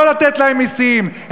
יש לכם כל זכות מוסרית לא לתת להם מסים.